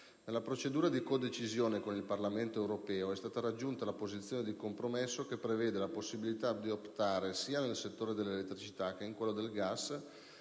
Nella procedura di codecisione con il Parlamento europeo è stata raggiunta la posizione di compromesso che prevede la possibilità di optare, sia nel settore dell'elettricità che in quello del gas,